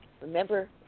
remember